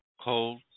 Cold